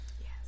yes